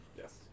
Yes